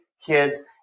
kids